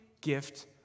gift